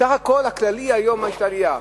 בסך הכול הכללי יש עלייה.